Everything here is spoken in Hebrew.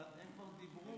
הם כבר דיברו.